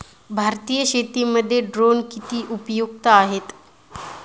भारतीय शेतीमध्ये ड्रोन किती उपयुक्त आहेत?